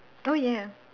oh ya